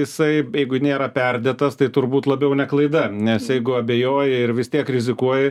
jisai jeigu nėra perdėtas tai turbūt labiau ne klaida nes jeigu abejoji ir vis tiek rizikuoji